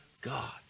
God